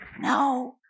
No